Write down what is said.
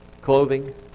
clothing